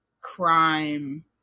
crime